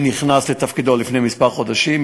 שנכנס לתפקידו לפני כמה חודשים,